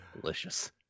Delicious